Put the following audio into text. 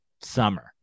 summer